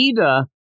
Ida